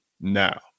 now